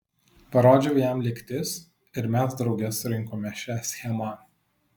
parodžiau jam lygtis ir mes drauge surinkome šią schemą